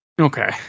Okay